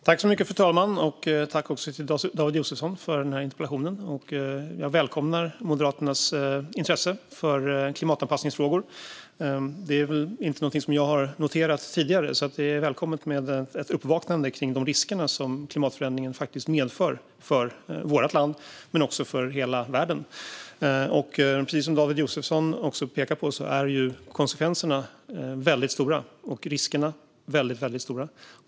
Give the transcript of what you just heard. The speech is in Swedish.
Fru talman! Jag tackar David Josefsson för interpellationen. Jag välkomnar Moderaternas intresse för klimatanpassningsfrågor. Det är inte någonting som jag har noterat tidigare, så det är välkommet med ett uppvaknande kring de risker som klimatförändringen medför för vårt land men också för hela världen. Precis som David Josefsson pekar på är konsekvenserna och riskerna väldigt stora.